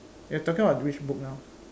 you're talking about which book now